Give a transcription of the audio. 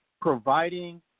providing